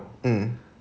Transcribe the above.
mm